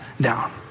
down